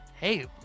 Hey